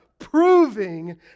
proving